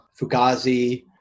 Fugazi